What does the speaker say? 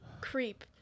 creep